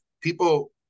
people